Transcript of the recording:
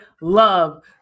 love